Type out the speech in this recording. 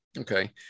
Okay